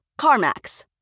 CarMax